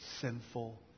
sinful